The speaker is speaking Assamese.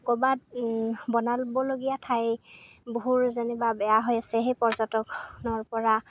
ক'ৰবাত বনাবলগীয়া ঠাই বহুত যেনিবা বেয়া হৈ আছে সেই পৰ্যটকৰ পৰা